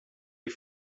est